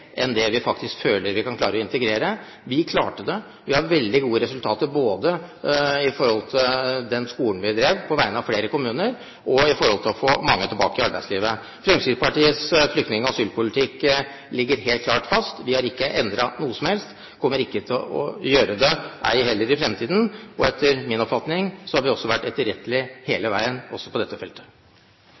enn det vi faktisk føler vi kan klare å integrere. Vi klarte det. Vi har veldig gode resultater, både i forhold til den skolen vi drev på vegne av flere kommuner, og i forhold til å få mange tilbake i arbeidslivet. Fremskrittspartiets flyktning- og asylpolitikk ligger helt klart fast. Vi har ikke endret noe som helst, og vi kommer ei heller til å gjøre det i fremtiden, og etter min oppfatning har vi vært etterrettelige hele veien også på dette feltet.